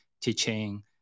teaching